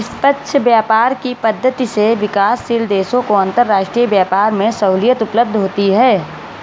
निष्पक्ष व्यापार की पद्धति से विकासशील देशों को अंतरराष्ट्रीय व्यापार में सहूलियत उपलब्ध होती है